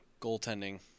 Goaltending